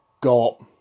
got